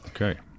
Okay